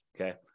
Okay